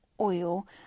oil